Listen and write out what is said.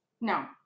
No